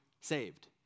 saved